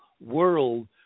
world